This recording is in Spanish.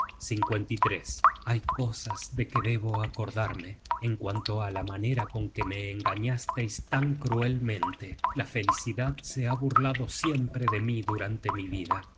budle la poseerá hay cosas de que debo acordarme en cuanto á la manera con que me engañásteis tan cruelmente la felicidad se ha burlado siempre de mí durante mi vida